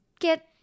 get